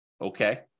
Okay